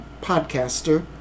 podcaster